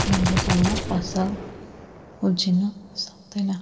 राम्रोसँग फसल उब्जिनु सक्दैन